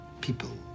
people